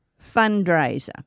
fundraiser